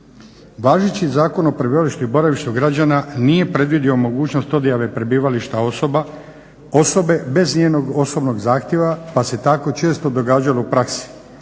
Važeći Zakon o prebivalištu i boravištu građana nije predvidio mogućnost odjave prebivališta osobe bez njenog osobnog zahtjeva pa se tako često događalo u praksi